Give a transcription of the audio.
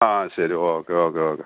ആ ശരി okay okay okay